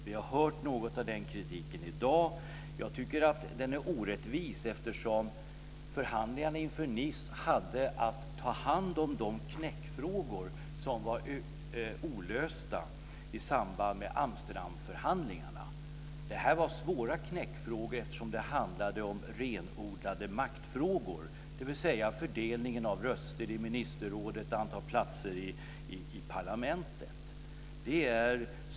Vi har hört något av den kritiken i dag, och jag tycker att den är orättvis eftersom förhandlingarna inför Nicemötet gällde att ta hand om de knäckfrågor som var olösta i samband med Amsterdamförhandlingarna. Det var svåra knäckfrågor, eftersom det handlade om renodlade maktförhållanden, dvs. fördelningen av röster i ministerrådet och platser i parlamentet.